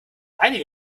einige